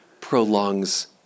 prolongs